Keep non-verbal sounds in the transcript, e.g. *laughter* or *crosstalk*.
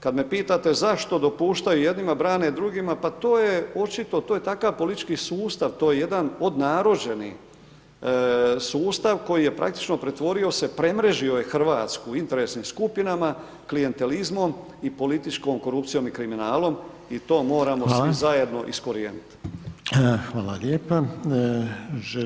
Kad me pitate zašto dopuštaju jednima, brane drugima, pa to je očito, to je takav politički sustav, to je jedan od ... *unintelligible* sustav koji je praktično pretvorio se, premrežio je Hrvatsku u interesnim skupinama, klijentelizmom i političkom korupcijom, i kriminalom, i to moramo svi zajedno iskorijenit'